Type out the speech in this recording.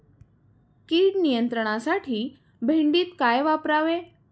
कीड नियंत्रणासाठी भेंडीत काय वापरावे?